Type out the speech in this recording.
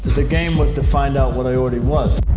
the game was to find out what i already was.